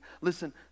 Listen